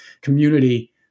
community